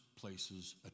places